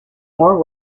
more